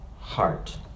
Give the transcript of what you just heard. heart